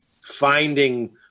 finding